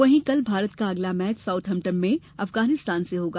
वहीं कल भारत का अगला मैच साउथम्टान में अफगानिस्तान से होगा